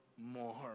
more